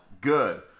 good